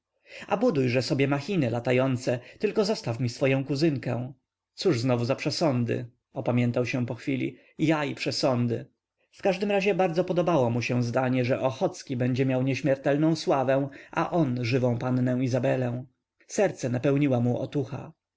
a budujże sobie machiny latające tylko zostaw mi swoję kuzynkę cóż znowu za przesądy opamiętał się po chwili ja i przesądy w każdym razie bardzo podobało mu się zdanie że ochocki będzie miał nieśmiertelną sławę a on żywą pannę izabelę serce napełniła mu otucha